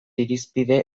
irizpide